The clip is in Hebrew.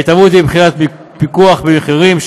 ההתערבות היא בבחינת פיקוח מחירים,